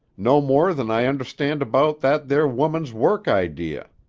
no more than i understand about that there woman's work idea.